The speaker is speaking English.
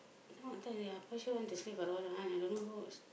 now what time already ah quite sure want to sleep for a while ah I don't know who